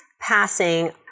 passing